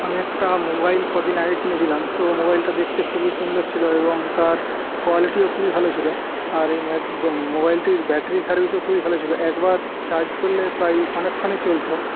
আমি একটা মোবাইল কদিন আগে কিনেছিলাম তো মোবাইলটা দেখতে খুবই সুন্দর ছিল এবং তার কোয়ালিটিও খুবই ভালো ছিল আর মোবাইলটির ব্যাটারি সার্ভিসও খুবই ভালো ছিল একবার চার্জ করলে প্রায় অনেকক্ষণই চলতো